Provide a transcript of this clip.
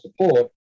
support